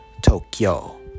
Tokyo